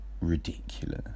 ridiculous